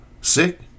sick